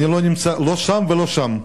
אני לא נמצא, לא שם ולא שם.